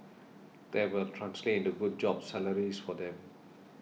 that will translate into good jobs salaries for them